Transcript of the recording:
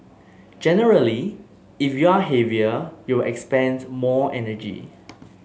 generally if you're heavier you'll expend more energy